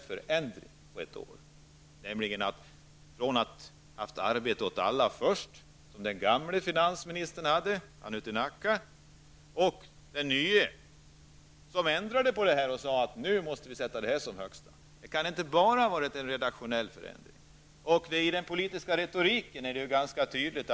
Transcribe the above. Socialdemokraternas målsättning har ju ändrats från strävan efter arbete åt alla -- som förespråkades av den förre finansministern, han i Nacka -- till inflationsbekämpning, som värderas högst av den nye finansministern. Det här kan inte bara vara fråga om en redaktionell förändring. I den politiska retoriken märks den här förändringen ganska tydligt.